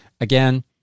again